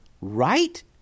Right